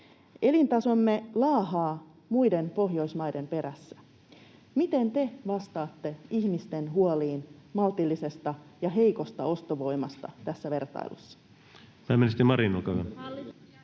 elintasomme laahaa muiden Pohjoismaiden perässä. Miten te vastaatte ihmisten huoliin maltillisesta ja heikosta ostovoimasta tässä vertailussa?